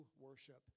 worship